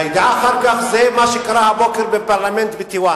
הידיעה אחר כך זה מה שקרה הבוקר בפרלמנט בטייוואן.